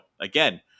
again